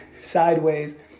sideways